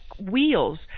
wheels